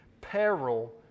peril